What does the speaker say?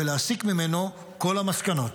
ולהסיק ממנו כל המסקנות.